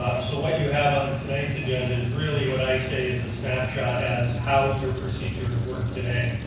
ah so what you have on tonight's agenda is really what i say is a snapshot as how your procedures work today.